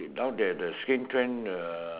now that the skin trend uh